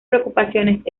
preocupaciones